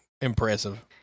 impressive